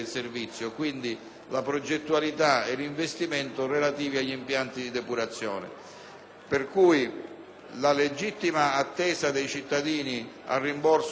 Perciò, la legittima attesa dei cittadini al rimborso non verrà assolutamente negata; anzi, sarà confermata, ad